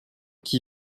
qui